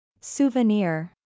Souvenir